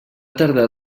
tardar